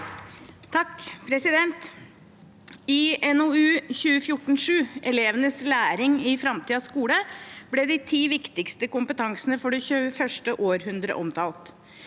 I NOU 2014:7 Elevenes læring i fremtidens skole ble de ti viktigste kompetansene for det 21. århundre omtalt.